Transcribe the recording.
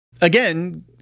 again